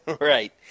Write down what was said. Right